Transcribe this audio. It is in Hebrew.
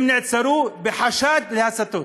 שנעצרו בחשד להצתות.